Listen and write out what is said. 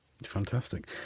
Fantastic